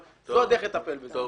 אבל זאת הדרך לטפל בזה.